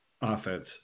offense